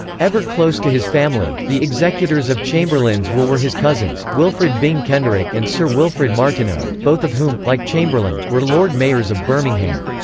ever close to his family, the executors of chamberlain's will were his cousins, wilfred byng kenrick and sir wilfrid martineau both of whom, like chamberlain, were lord mayors of birmingham.